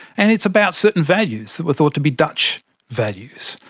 and it's about certain values that were thought to be dutch values.